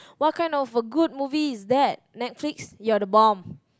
what kind of a good movie is bad Netflix you are the bomb